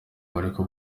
bariko